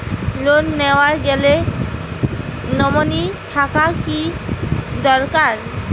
Loan নেওয়ার গেলে nominee থাকা কি দরকারী?